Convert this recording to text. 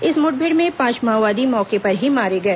इस मुठभेड़ में पांच माओवादी मौके पर ही मारे गए